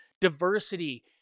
diversity